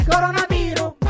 Coronavirus